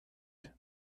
that